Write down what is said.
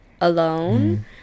alone